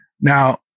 Now